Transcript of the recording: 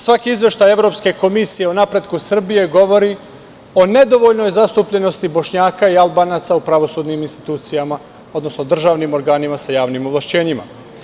Svaki izveštaj Evropske komisije o napretku Srbije govori o nedovoljnoj zastupljenosti Bošnjaka i Albanaca u pravosudnim institucijama, odnosno državnim organima sa javnim ovlašćenjima.